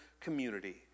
community